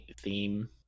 theme